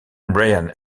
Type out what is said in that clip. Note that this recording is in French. brian